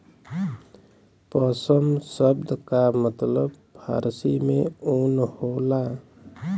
पसम सब्द का मतलब फारसी में ऊन होला